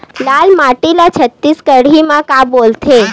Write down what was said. लाल माटी ला छत्तीसगढ़ी मा का बोलथे?